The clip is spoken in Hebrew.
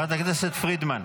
חברת הכנסת פרידמן,